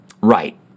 Right